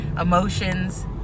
emotions